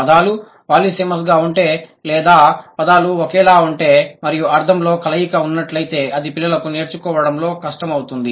పదాలు పాలిసెమస్గా ఉంటే లేదా పదాలు ఒకేలా ఉంటే మరియు అర్థంలో కలయిక ఉన్నట్లయితే అది పిల్లలకు నేర్చుకోవడంలో కష్టం అవుతుంది